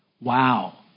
Wow